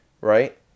Right